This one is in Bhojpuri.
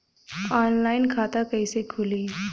ऑनलाइन खाता कइसे खुली?